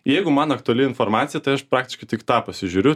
jeigu man aktuali informacija tai aš praktiškai tik tą pasižiūriu